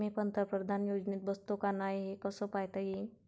मी पंतप्रधान योजनेत बसतो का नाय, हे कस पायता येईन?